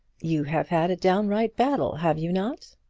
you have had a downright battle have you not?